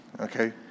okay